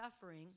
suffering